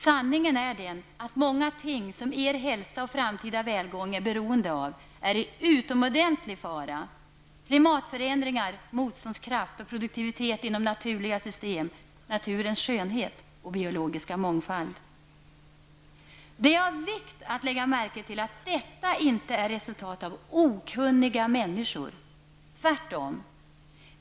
Sanningen är den att många ting som er hälsa och framtida välgång är beroende av är i utomordentlig fara: klimatförändringar, motståndskraft och produktivitet inom naturliga system, naturens skönhet och biologiska mångfald. Det är av vikt att lägga märke till att detta inte beror på okunniga människor. Tvärtom.